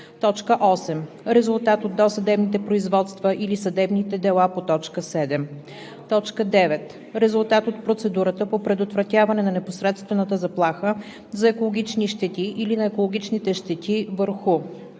щети; 8. резултат от досъдебните производства или съдебните дела по т. 7; 9. резултат от процедурата по предотвратяване на непосредствената заплаха за екологични щети или на екологичните щети върху: